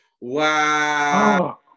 Wow